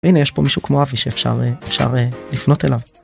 והנה יש פה מישהו כמו אבי שאפשר שאפשר לפנות אליו.